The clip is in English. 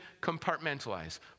compartmentalize